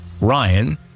Ryan